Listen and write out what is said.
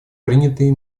принятые